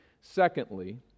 secondly